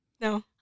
no